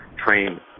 train